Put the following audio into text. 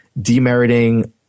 demeriting